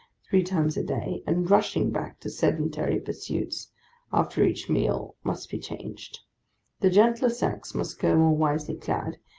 three times a-day, and rushing back to sedentary pursuits after each meal, must be changed the gentler sex must go more wisely clad,